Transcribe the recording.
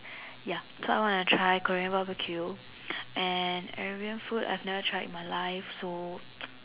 ya so I wanna try Korean barbecue and Arabian food I have never tried in my life so